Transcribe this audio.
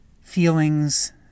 Feelings